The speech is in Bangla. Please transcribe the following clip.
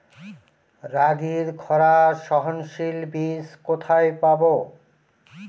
রাগির খরা সহনশীল বীজ কোথায় পাবো?